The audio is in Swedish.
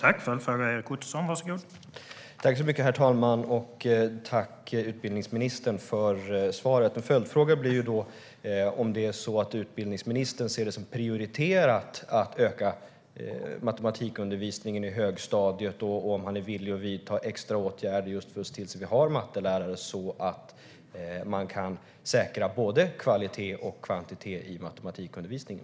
Herr talman! Jag tackar utbildningsministern för svaret. Min följdfråga är om utbildningsministern ser det som prioriterat att öka matematikundervisningen i högstadiet och om han är villig att vidta extra åtgärder just för att se till att vi har mattelärare för att kunna säkra både kvalitet och kvantitet i matematikundervisningen.